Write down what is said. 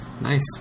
Nice